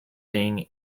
being